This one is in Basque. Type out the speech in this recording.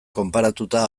konparatuta